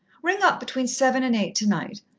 ring up between seven and eight tonight.